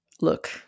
look